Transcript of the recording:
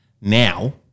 now